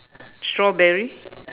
strawberry